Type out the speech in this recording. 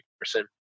person